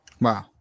Wow